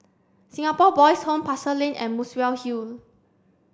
Singapore Boys' Home Pasar Lane and Muswell Hill